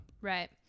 Right